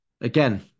again